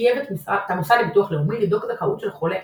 שחייב את המוסד לביטוח לאומי לבדוק זכאות של חולה